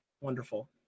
wonderful